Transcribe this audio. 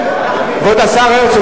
כבוד השר הרצוג,